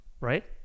Right